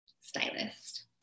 stylist